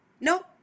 Nope